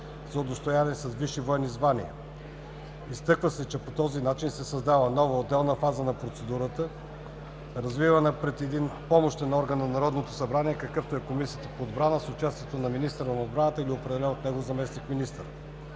за удостояване с висши военни звания. Изтъква се, че по този начин се създава нова, отделна фаза на процедурата, развивана пред един помощен орган на Народното събрание, какъвто е Комисията по отбрана с участието на министъра на отбраната или определен от него заместник-министър.